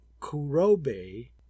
Kurobe